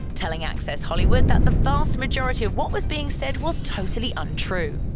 telling access hollywood that the vast majority of what was being said was totally untrue.